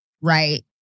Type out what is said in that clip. right